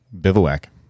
bivouac